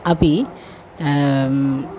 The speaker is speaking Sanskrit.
अपि